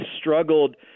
struggled